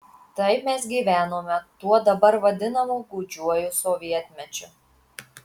taip mes gyvenome tuo dabar vadinamu gūdžiuoju sovietmečiu